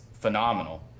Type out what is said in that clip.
phenomenal